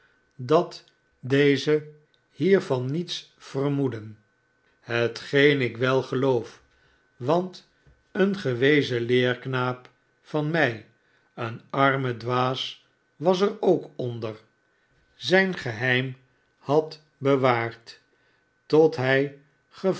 dat deze hiervan niets vermoedden hetgeen ik wel geloof want een gewezen leerknaap van mij een arme dwaas was er ook onder zijn geheim had bewaard tot hij